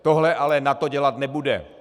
Tohle ale NATO dělat nebude.